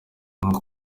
nko